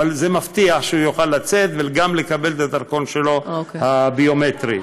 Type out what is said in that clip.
אבל זה מבטיח שהוא יוכל לצאת וגם לקבל את הדרכון הביומטרי שלו.